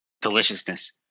deliciousness